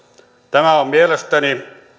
tämä on mielestäni